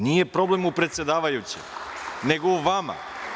Nije problem u predsedavajućem, nego u vama.